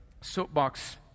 Soapbox